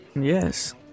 Yes